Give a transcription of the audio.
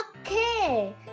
Okay